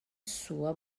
sua